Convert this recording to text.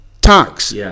tax